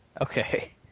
Okay